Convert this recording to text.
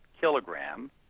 kilogram